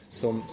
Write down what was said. som